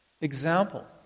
example